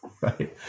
right